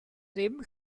ddim